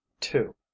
two